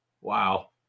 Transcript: wow